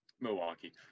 Milwaukee